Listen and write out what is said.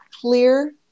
clear